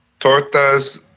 Tortas